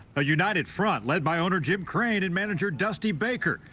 a united front led by owner jim crane and manager dusty baker.